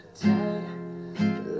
tight